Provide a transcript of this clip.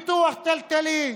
ופיתוח כלכלי,